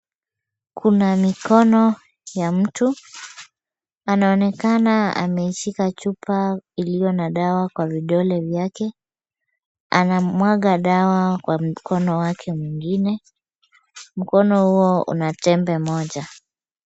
Kuna mikono ya mtu. Anaonekana ameishika chupa iliyo na dawa kwa vidole vyake. Anamwaga dawa kwa mkono wake mwingine. Mkono huo una tembe moja.